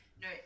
no